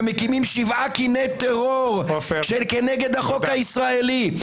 ומקימים שבעה קיני טרור כנגד החוק הישראלי.